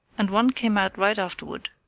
and one came out right afterward.